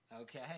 Okay